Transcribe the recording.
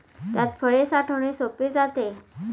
त्यात फळे साठवणे सोपे जाते